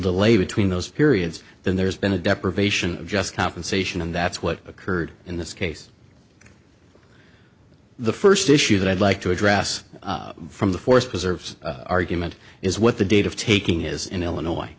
delay between those periods then there's been a deprivation of just compensation and that's what occurred in this case the first issue that i'd like to address from the forest preserves argument is what the date of taking is in illinois